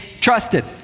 trusted